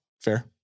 Fair